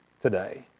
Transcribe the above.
today